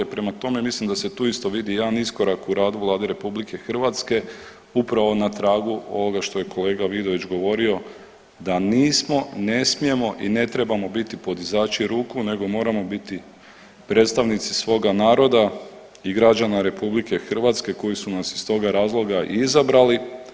Prema tome mislim da se tu isto vidi jedan iskorak u radu Vlade RH upravo na tragu ovoga što je kolega Vidović govorio da nismo, ne smijemo i ne trebamo biti podizači ruku nego moramo biti predstavnici svoga naroda i građana RH koji su nas iz toga razloga izabrali.